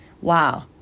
Wow